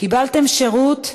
קיבלתם שירות,